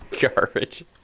Garbage